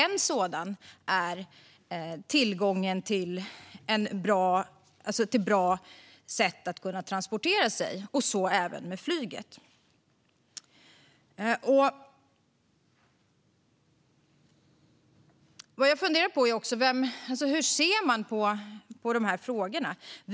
En sådan är tillgången till bra transportsätt, däribland även flyget. Jag funderar även på hur man ser på dessa frågor.